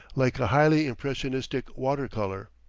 like a highly impressionistic water-color.